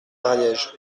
ariège